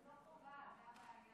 זו לא חובה, זאת הבעיה.